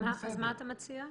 אז מה אתה מציע?